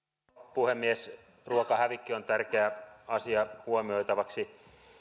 puhemies ruokahävikki on tärkeä asia huomioitavaksi